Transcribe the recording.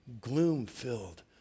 gloom-filled